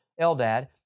Eldad